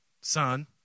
son